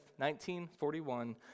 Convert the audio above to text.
1941